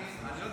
אני קובע